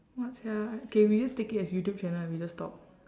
what sia K we just take it as youtube channel and we just talk